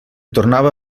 tornava